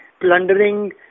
plundering